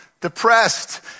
depressed